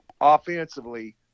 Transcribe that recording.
offensively